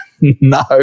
No